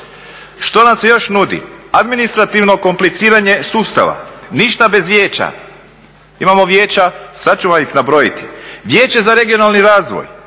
Što nam se još nudi? Administrativno kompliciranje sustava, ništa bez vijeća. Imamo vijeća, sad ću vam ih nabrojati. Vijeće za regionalni razvoj,